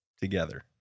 together